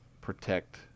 protect